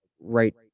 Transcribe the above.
right